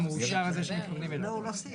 יש לך